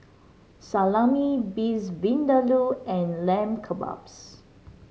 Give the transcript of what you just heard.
Salami Beef Vindaloo and Lamb Kebabs